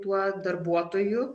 tuo darbuotoju